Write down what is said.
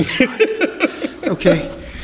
Okay